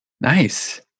Nice